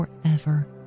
forever